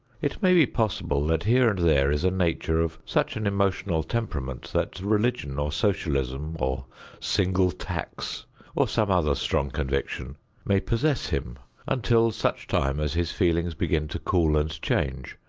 it may be possible that here and there is a nature of such an emotional temperament, that religion or socialism or single tax or some other strong conviction may possess him until such time as his feelings begin to cool and change,